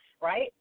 right